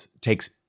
takes